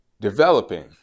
developing